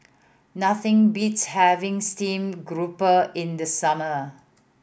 nothing beats having steamed grouper in the summer